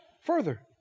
further